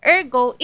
Ergo